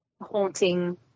haunting